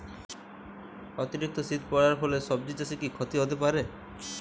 অতিরিক্ত শীত পরার ফলে সবজি চাষে কি ক্ষতি হতে পারে?